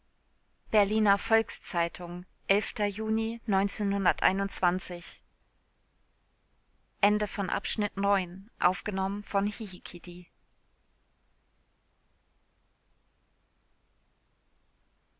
berliner volks-zeitung juni